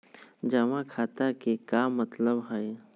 जमा खाता के का मतलब हई?